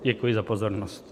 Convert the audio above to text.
Děkuji za pozornost.